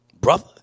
brother